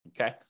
Okay